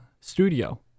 studio